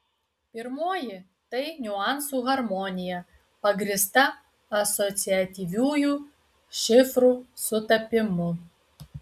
pirmoji tai niuansų harmonija pagrįsta asociatyviųjų šifrų sutapimu